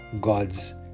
God's